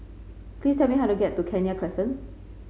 please tell me how to get to Kenya Crescent